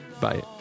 Bye